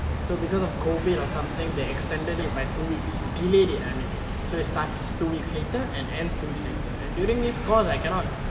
so because of COVID or something they extended it by two weeks delayed it I mean so it starts two weeks later and ends two weeks later and during this course I cannot